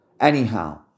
Anyhow